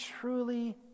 truly